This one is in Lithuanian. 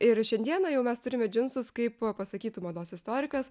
ir šiandieną jau mes turime džinsus kaip pasakytų mados istorikas